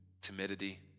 timidity